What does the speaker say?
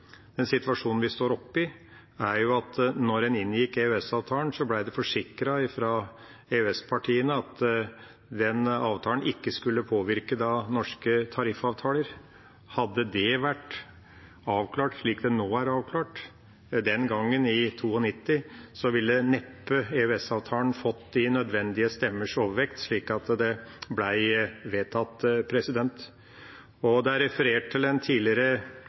Situasjonen vi står oppe i, er jo at EØS-partiene, da en inngikk EØS-avtalen, forsikret at avtalen ikke skulle påvirke norske tariffavtaler. Hadde det den gangen i 1992 vært avklart slik det nå er avklart, ville EØS-avtalen neppe fått de nødvendige stemmers overvekt, slik at den ble vedtatt. En tidligere ILO-ansatt, en anerkjent ILO-medarbeider som jeg kjenner, sier at det er gjort en feil her, og at det er